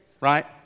right